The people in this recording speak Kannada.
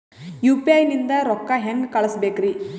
ಯು.ಪಿ.ಐ ನಿಂದ ರೊಕ್ಕ ಹೆಂಗ ಕಳಸಬೇಕ್ರಿ?